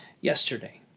yesterday